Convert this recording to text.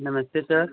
नमस्ते सर